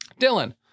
Dylan